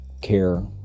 care